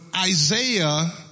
Isaiah